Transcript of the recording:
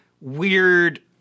weird